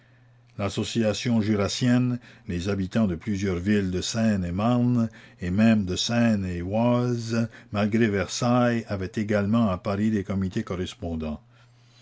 l'association jurassienne les habitants de plusieurs villes de seine-et-marne et même de seine-et-oise malgré versailles avaient également à paris des comités correspondants